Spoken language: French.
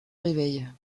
réveille